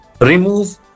Remove